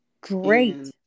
great